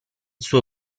suo